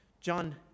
John